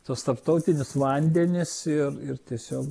tuos tarptautinius vandenis ir tiesiog